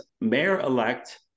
Mayor-elect